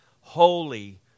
Holy